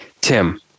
tim